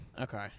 Okay